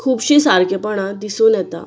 खुबशीं सारकेंपणां दिसून येता